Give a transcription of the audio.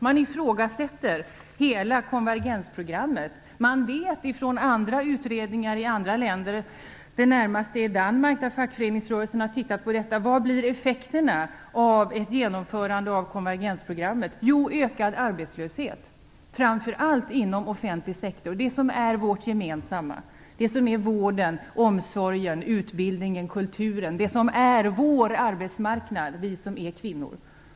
Man ifrågasätter hela konvergensprogrammet. Man vet från andra utredningar i andra länder - det närmaste är Danmark, där fackföreningsrörelsen har tittat på detta - vilka effekterna blir av ett genomförande av konvergensprogrammet: Ökad arbetslöshet, framför allt inom offentlig sektor, dvs. det som är vårt gemensamma, alltså vården, omsorgen, utbildningen och kulturen. Det handlar om det som är arbetsmarknaden för oss kvinnor.